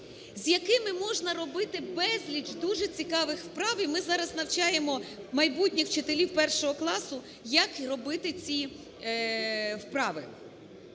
з якими можна робити безліч дуже цікавих вправ, і ми зараз навчаємо майбутніх учителів 1-го класу, як робити ці вправи.